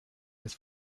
les